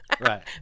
right